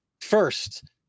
First